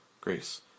Grace